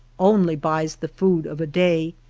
only buys the food of a day,